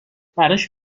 براش